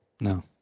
No